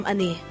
Ani